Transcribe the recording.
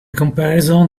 comparison